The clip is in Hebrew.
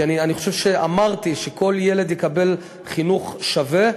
כי אני חושב שאמרתי שכל ילד יקבל חינוך שווה.